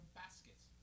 basket